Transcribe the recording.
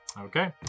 okay